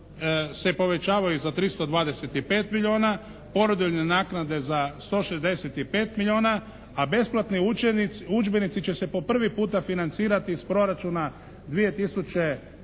se povećava za 325 milijuna, porodiljne naknade za 165 milijuna, a besplatni udžbenici će se po prvi puta financirati iz proračuna 2007.